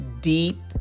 deep